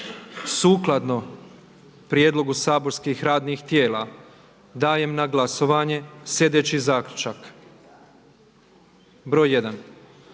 Sukladno prijedlogu saborskih radnih tijela dajem na glasovanje sljedeći zaključak. 1.